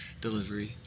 delivery